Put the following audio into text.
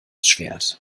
schwert